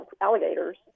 alligators